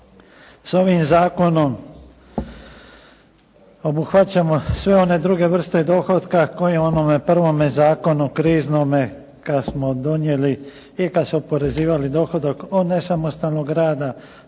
S ovim zakonom obuhvaćamo sve one druge vrste dohotka koje u onome prvome zakonu kriznome, kada smo donijeli i kada smo oporezivali dohodak od nesamostalnog rada,